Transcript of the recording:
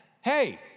hey